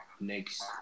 next